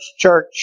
church